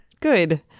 Good